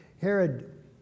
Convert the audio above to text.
Herod